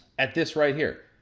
at this right here.